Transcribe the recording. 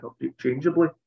interchangeably